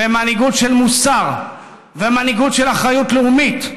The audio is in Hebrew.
ומנהיגות של מוסר, ומנהיגות של אחריות לאומית.